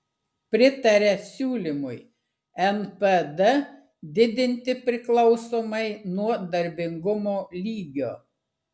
pritaria siūlymui npd didinti priklausomai nuo darbingumo lygio